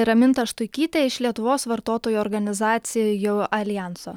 raminta štuikytė iš lietuvos vartotojų organizacijų aljanso